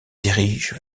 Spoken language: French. dirige